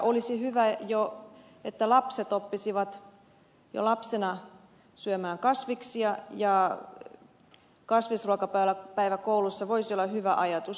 olisi hyvä että jo lapset oppisivat syömään kasviksia ja kasvisruokapäivä koulussa voisi olla hyvä ajatus